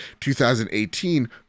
2018